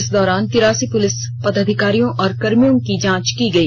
इस दौरान तिरासी पुलिस पदाधिकारियों और कर्मियों की कोरोना जांच की गई